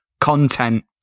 content